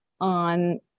on